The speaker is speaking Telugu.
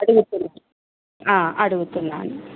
అడుగుతు అడుగుతున్నాని